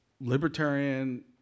libertarian